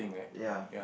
ya